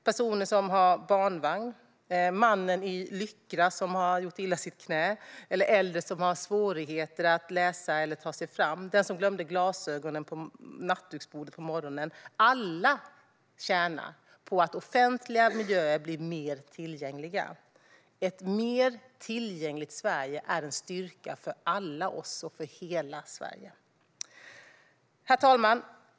Personer som har barnvagn, mannen i lycra som har gjort illa sitt knä, äldre som har svårigheter att läsa eller ta sig fram, den som glömde glasögonen på nattduksbordet på morgonen - alla tjänar på att offentliga miljöer blir mer tillgängliga. Ett mer tillgängligt Sverige är en styrka för alla oss och för hela Sverige. Herr talman!